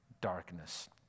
darkness